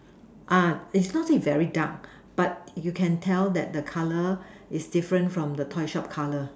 is not say very dark but you can tell that the color is different from the toy shop color